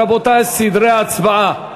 רבותי, סדרי ההצבעה,